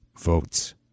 votes